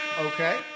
Okay